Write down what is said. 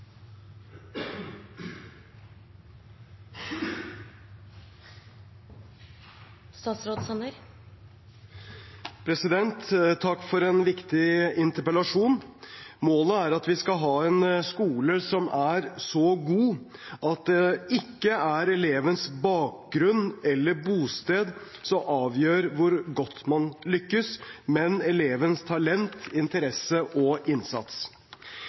at vi skal ha en skole som er så god at det ikke er elevens bakgrunn eller bosted som avgjør hvor godt man lykkes, men elevens talent, interesse og innsats.